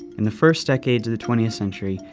in the first decades of the twentieth century,